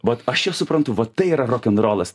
vat aš čia suprantu vat tai yra rokenrolas